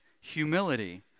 humility